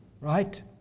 right